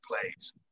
plays